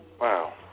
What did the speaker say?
Wow